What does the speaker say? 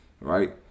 Right